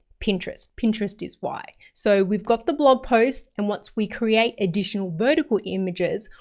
pinterest, pinterest is why. so we've got the blog posts and once we create additional vertical images,